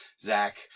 Zach